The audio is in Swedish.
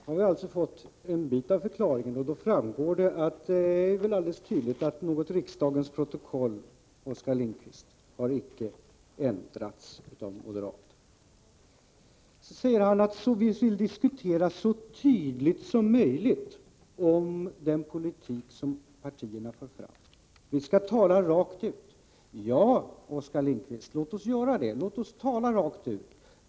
Herr talman! Nu har vi fått en del av förklaringen. Det framgår då alldeles tydligt, Oskar Lindkvist, att något riksdagens protokoll icke har ändrats av moderaterna. Oskar Lindkvist säger att vi skall diskutera så tydligt som möjligt om den politik som partierna för fram, att vi skall tala rakt på sak. Ja, Oskar Lindkvist, låt oss göra det! Låt oss tala rakt på sak!